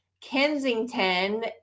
Kensington